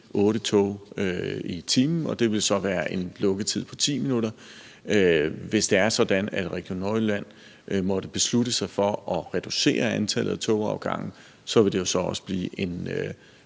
tog i timen, og det vil give en lukketid på 10 minutter. Hvis det er sådan, at Region Nordjylland måtte beslutte sig for at reducere antallet af togafgange, vil det jo så blive en